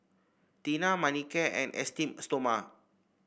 Tena Manicare and Esteem Stoma